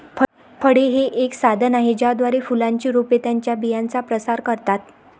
फळे हे एक साधन आहे ज्याद्वारे फुलांची रोपे त्यांच्या बियांचा प्रसार करतात